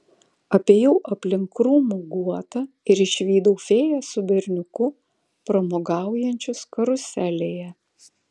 apėjau aplink krūmų guotą ir išvydau fėją su berniuku pramogaujančius karuselėje